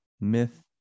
myth